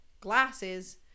glasses